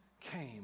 came